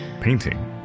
Painting